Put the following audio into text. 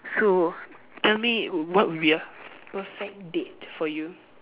so tell me what will be a perfect date for you